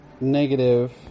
negative